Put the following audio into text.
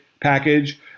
package